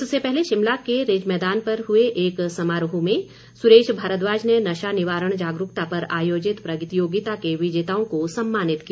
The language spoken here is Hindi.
इससे पहले शिमला के रिज मैदान पर हुए एक समारोह में भारद्वाज ने नशा निवारण जागरूकता पर आयोजित प्रतियोगिता के विजेताओं को सम्मानित किया